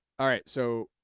all right, so,